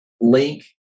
link